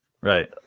right